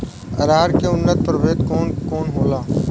अरहर के उन्नत प्रभेद कौन कौनहोला?